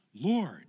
Lord